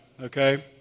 okay